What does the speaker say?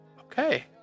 Okay